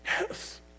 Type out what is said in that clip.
yes